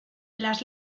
las